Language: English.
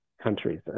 countries